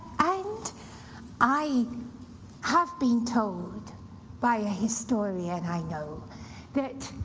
and i have been told by a historian i know that